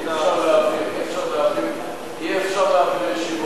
אי-אפשר להעביר לוועדת המשנה.